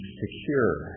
secure